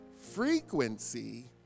frequency